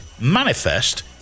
Manifest